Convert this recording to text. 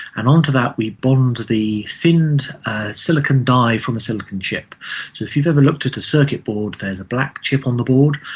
and onto that we bond the finned silicon die from a silicon chip. so if you've ever looked at a circuit board there's a black chip on the board,